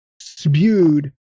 spewed